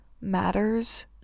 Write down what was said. matters